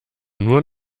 nur